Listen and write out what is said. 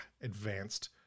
advanced